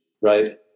right